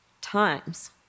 times